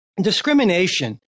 discrimination